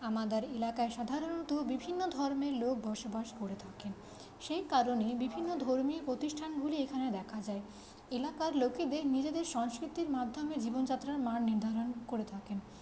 আমাদের এলাকায় সাধারণত বিভিন্ন ধর্মের লোক বসবাস করে থাকেন সেই কারণে বিভিন্ন ধর্মীয় প্রতিষ্ঠানগুলি এখানে দেখা যায় এলাকার লোকেদের নিজেদের সংস্কৃতির মাধ্যমে জীবনযাত্রার মান নির্ধারণ করে থাকেন